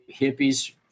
hippies